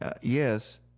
yes